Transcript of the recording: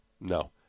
No